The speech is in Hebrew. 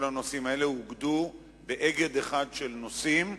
כל הנושאים האלה אוגדו באגד אחד של נושאים,